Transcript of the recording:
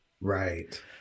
Right